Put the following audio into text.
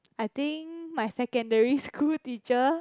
I think my secondary school teacher